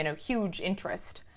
and huge interest